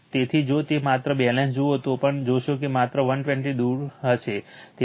તેથી જો તે માત્ર બેલેન્સ જુઓ તો પણ જોશો કે તે માત્ર 120o દૂર હશે